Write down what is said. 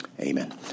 Amen